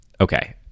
okay